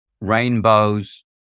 rainbows